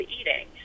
eating